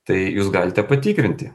tai jūs galite patikrinti